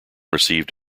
received